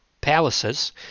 palaces